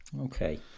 Okay